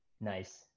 nice